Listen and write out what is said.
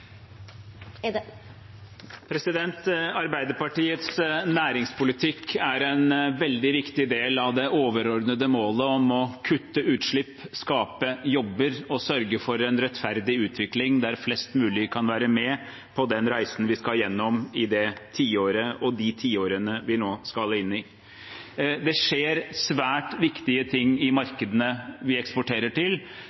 en veldig viktig del av det overordnede målet om å kutte utslipp, skape jobber og sørge for en rettferdig utvikling, der flest mulig kan være med på den reisen vi skal gjennom i det tiåret og de tiårene vi nå skal inn i. Det skjer svært viktige ting i